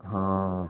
हाँ